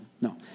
No